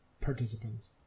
participants